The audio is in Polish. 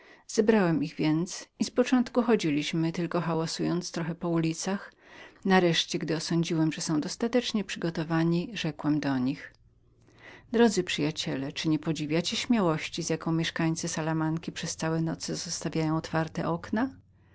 zebrałem ich więc i z początku chodziliśmy tylko hałasując trocha po ulicach nareszcie gdy osądziłem że byli dostatecznie przygotowani rzekłem do nich drodzy przyjaciele czy nie podziwiacie śmiałości z jaką mieszkańcy tego miasta przez całe noce zostawują otwarte okna